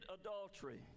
adultery